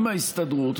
עם ההסתדרות,